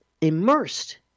immersed